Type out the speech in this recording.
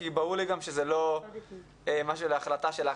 כי ברור לי גם שזו לא משהו להחלטה שלך,